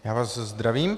Já vás zdravím.